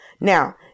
Now